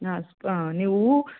ಹಾಂ ಹಾಂ ನೀವು